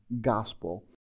gospel